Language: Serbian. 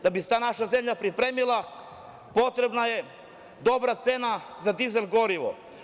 Da bi se ta naša zemlja pripremila potrebna je dobra cena za dizel gorivo.